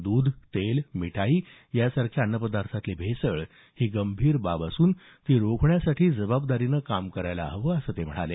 दूध तेल मिठाई यासारख्या अन्न पदार्थांतली भेसळ ही गंभीर बाब असून ती रोखण्यासाठी जबाबदारीने काम करायला हवं असं ते म्हणाले